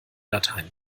latein